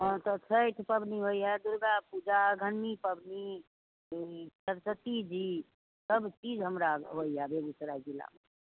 हाँ तऽ छठि पबनी होइए दुर्गापूजा अगहनी पबनी ई सरोसतीजी सभचीज हमरा होइए बेगुसराय जिलामे